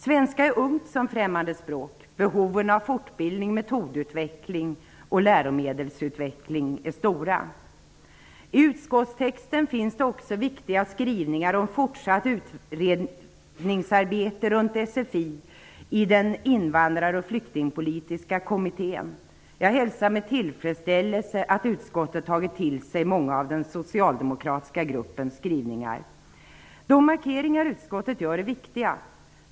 Svenska är ungt som främmande språk, och behoven av fortbildning, metodutveckling och läromedelsutveckling är stora. I utskottstexten finns det också viktiga skrivningar om fortsatt utredningsarbete runt sfi i den invandrar och flyktingpolitiska kommittén. Jag hälsar med tillfredsställelse att utskottet tagit till sig många av den socialdemokratiska gruppens skrivningar. De markeringar som utskottet gör är viktiga.